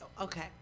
okay